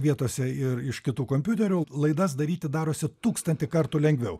vietose ir iš kitų kompiuterių laidas daryti darosi tūkstantį kartų lengviau